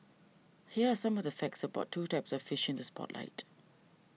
here are some of the facts about two types of fish in this spotlight